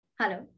Hello